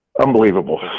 Unbelievable